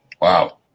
Wow